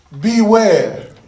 beware